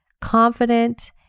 confident